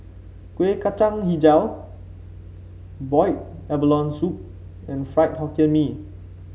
Kuih Kacang hijau Boiled Abalone Soup and Fried Hokkien Mee